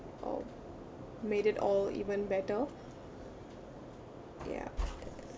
uh made it all even better ya